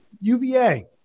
UVA